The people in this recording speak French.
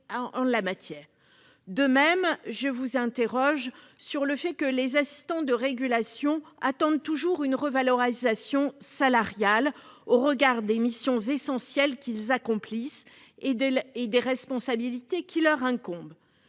attirer son attention sur le fait que les assistants de régulation médicale attendent toujours une revalorisation salariale, au regard des missions essentielles qu'ils accomplissent et des responsabilités qui leur incombent.